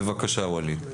בבקשה ואליד.